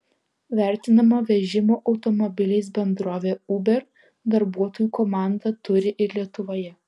vertinama vežimo automobiliais bendrovė uber darbuotojų komandą turi ir lietuvoje